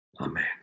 Amen